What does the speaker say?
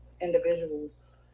individuals